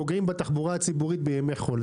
אבל פוגעים בתחבורה הציבורית בימי חול.